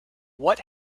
what